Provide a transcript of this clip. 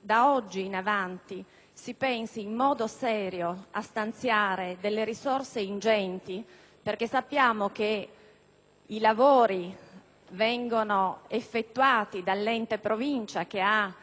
da oggi in avanti si pensi in modo serio a stanziare risorse ingenti, perché sappiamo che i lavori di manutenzione vengono effettuati dall'ente Provincia, che ha